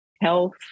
Health